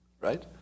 right